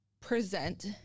present